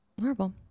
Horrible